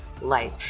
life